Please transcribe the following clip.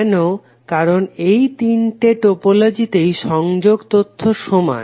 কেন কারণ এই তিনটি টোপোলজিতেই সংযোগ তথ্য সমান